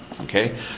Okay